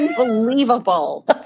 unbelievable